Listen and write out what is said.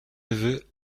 neveux